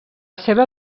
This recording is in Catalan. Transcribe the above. seva